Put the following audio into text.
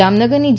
જામનગરની જે